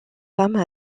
femmes